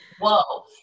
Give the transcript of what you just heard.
whoa